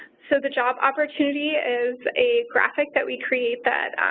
so, the job opportunity is a graphic that we create that